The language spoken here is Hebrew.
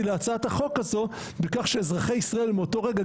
להצעת החוק הזו בכך שאזרחי ישראל מאותו רגע,